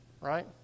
Right